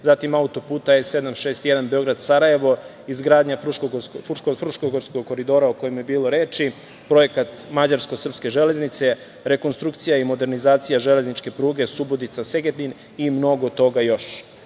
zatim autoputa E 761 Beograd-Sarajevo, izgradnja Fruškogorskog koridora, o kojem je bilo reči, projekat mađarsko-srpske železnice, rekonstrukcija i modernizacija železničke pruge Subotica-Segedin i mnogo toga